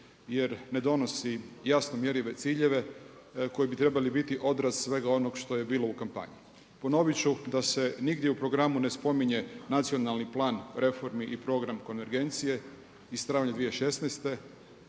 jer ne donosi jasno mjerljive ciljeve koji bi trebali biti odraz svega onog što je bilo u kampanji. Ponovit ću da se nigdje u programu ne spominje nacionalni plan reformi i program konvergencije iz travnja 2016.,